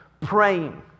praying